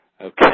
okay